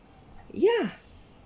ya